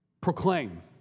Proclaim